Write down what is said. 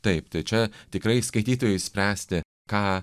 taip čia tikrai skaitytojui spręsti ką